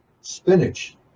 spinach